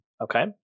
Okay